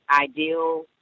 Ideal